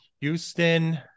Houston